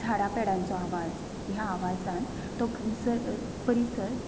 झाडां पेडांचो आवाज ह्या आवाजान तो निसर् परिसर